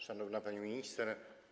Szanowna Pani Minister!